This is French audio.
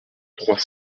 trois